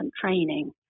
training